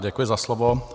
Děkuji za slovo.